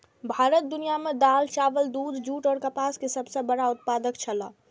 भारत दुनिया में दाल, चावल, दूध, जूट और कपास के सब सॉ बड़ा उत्पादक छला